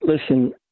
listen